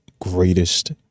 greatest